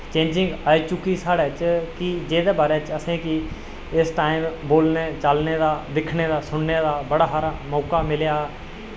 chasing आई चुकी साढ़ै च कि जेह्दै बारै असेंगी इस टाईम बोलने चालने दा दिक्खने दा सुनने दा बड़ा हारा मौका मिलेआ